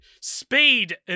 Speed